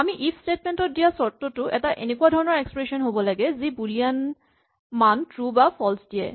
আমি if statement ত দিয়া চৰ্তটো এটা এনেকুৱা ধৰণৰ এক্সপ্ৰেচন হ'ব লাগে যি বুলিয়ান মান ট্ৰো বা ফল্চ দিয়ে